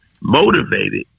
motivated